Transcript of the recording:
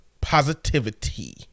Positivity